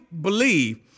believe